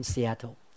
Seattle